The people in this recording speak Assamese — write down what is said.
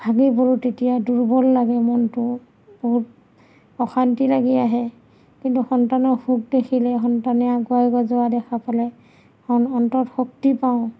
ভাগি পৰো তেতিয়া দুৰ্বল লাগে মনটো বহুত অশান্তি লাগি আহে কিন্তু সন্তানৰ সুখ দেখিলে সন্তানে আগুৱাই গৈ যোৱা দেখা পালে অন অন্তৰত শক্তি পাওঁ